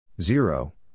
Zero